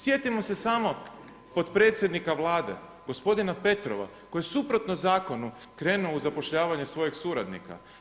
Sjetimo se samo kod predsjednika Vlade gospodina Petrova koji suprotno zakonu krenuo u zapošljavanje svojeg suradnika.